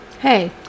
Hey